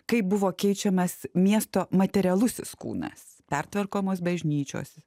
kaip buvo keičiamas miesto materialusis kūnas pertvarkomos bažnyčios